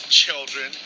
children